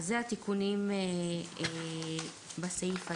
אלה התיקונים בסעיף הזה.